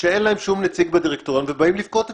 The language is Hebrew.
שאין להן שום נציג בדירקטוריון ובאים לבכות אצלי.